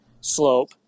slope